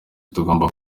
tugomba